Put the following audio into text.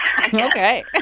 Okay